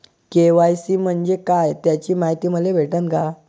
KYC म्हंजे काय त्याची मायती मले भेटन का?